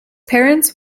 parents